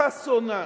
חסונה,